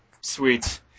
Sweet